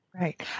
Right